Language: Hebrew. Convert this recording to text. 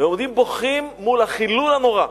הם עומדים בוכים מול החילול הנורא.